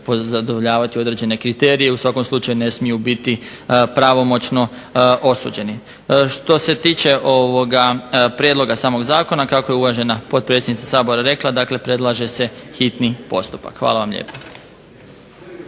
zadovoljavati određene kriterije, u svakom slučaju ne smiju biti pravomoćno osuđeni. Što se tiče ovoga prijedloga samog zakona kako je uvažena potpredsjednica Sabora rekla, dakle predlaže se hitni postupak. Hvala vam lijepo.